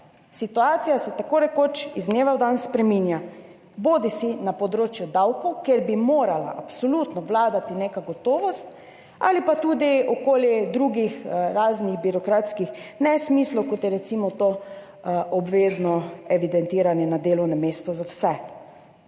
Situacija se tako rekoč iz dneva v dan spreminja, bodisi na področju davkov, kjer bi morala absolutno vladati neka gotovost, ali pa tudi glede drugih birokratskih nesmislov, kot je recimo to obvezno evidentiranje na delovnem mestu za vse.